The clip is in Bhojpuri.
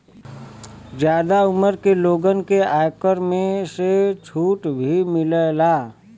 जादा उमर के लोगन के आयकर में से छुट भी मिलला